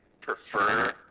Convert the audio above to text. prefer